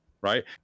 right